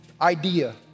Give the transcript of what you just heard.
idea